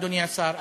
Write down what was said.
אדוני השר,